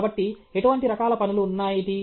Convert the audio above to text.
కాబట్టి ఎటువంటి రకాల పనులు ఉన్నాయిటి